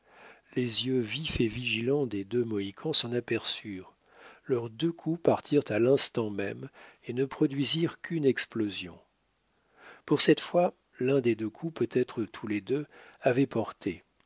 les yeux vifs et vigilants des deux mohicans s'en aperçurent leurs deux coups partirent à l'instant même et ne produisirent qu'une explosion pour cette fois l'un des deux coups peut-être tous les deux avait porté